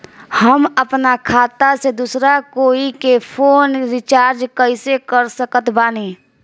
हम अपना खाता से दोसरा कोई के फोन रीचार्ज कइसे कर सकत बानी?